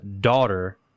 daughter